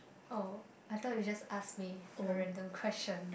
oh I thought you just ask me a random question